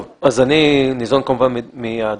טוב, אז אני ניזון כמובן מהדוחות.